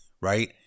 Right